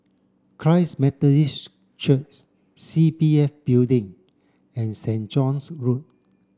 Christ Methodist Churchs C P F Building and Saint John's Road